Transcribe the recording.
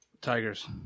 Tigers